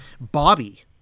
Bobby